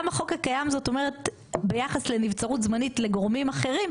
גם החוק הקיים זאת אומרת ביחס לנבצרות זמנית לגורמים אחרים,